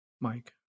Mike